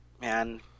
Man